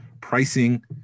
pricing